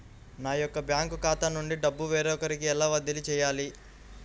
నా యొక్క బ్యాంకు ఖాతా నుండి డబ్బు వేరొకరికి ఎలా బదిలీ చేయాలి?